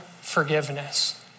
forgiveness